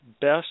best